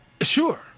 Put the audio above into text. Sure